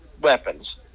weapons